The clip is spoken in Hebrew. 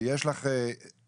מוועדת הפנים קוראים לי.